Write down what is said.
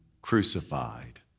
crucified